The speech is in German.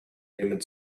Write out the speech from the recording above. nehmen